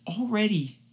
already